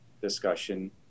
discussion